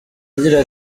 agira